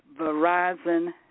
Verizon